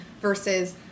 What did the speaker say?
Versus